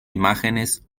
imágenes